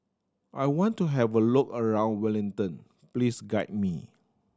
I want to have a look around Wellington please guide me